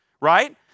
right